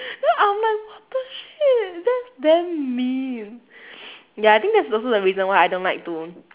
then I was like what the shit that's damn mean ya I think that's also why the reason I don't like to